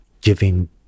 giving